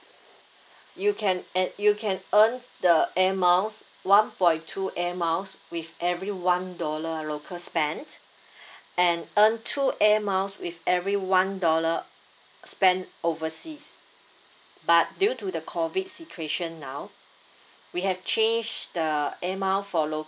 you can add you can earn the air miles one point two air miles with every one dollar local spent and earn two air miles with every one dollar spent overseas but due to the COVID situation now we have changed the air miles for local